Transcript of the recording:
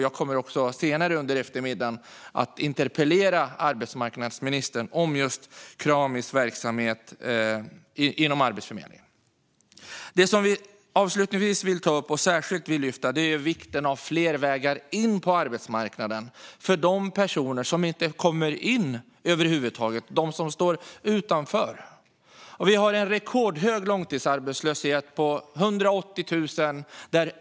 Jag kommer senare under eftermiddagen att ha en interpellationsdebatt med arbetsmarknadsministern om just Kramis verksamhet inom Arbetsförmedlingen. Det som vi avslutningsvis vill ta upp och särskilt lyfta är vikten av fler vägar in på arbetsmarknaden för de personer som inte kommer in över huvud taget, de som står utanför. Vi har en rekordhög långtidsarbetslöshet om 180 000.